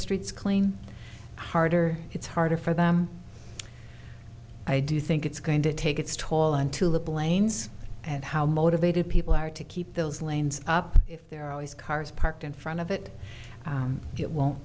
streets clean harder it's harder for them i do think it's going to take its toll until the planes and how motivated people are to keep those lanes up if there are always cars parked in front of it it won't